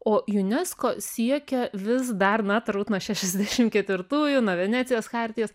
o unesco siekia vis dar na turbūt nuo šešiasdešim ketvirtųjų nuo venecijos chartijos